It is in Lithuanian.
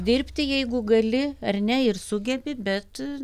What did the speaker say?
dirbti jeigu gali ar ne ir sugebi bet